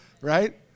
Right